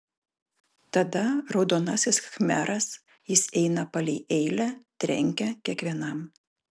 tada raudonasis khmeras jis eina palei eilę trenkia kiekvienam